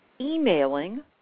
emailing